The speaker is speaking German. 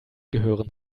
gehören